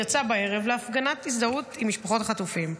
יצא בערב להפגנת הזדהות עם משפחות החטופים.